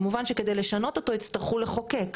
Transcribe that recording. כמובן שכדי לשנות אותו יצטרכו לחוקק.